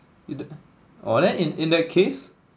orh then in in that case